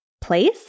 place